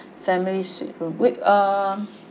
family suite room wait err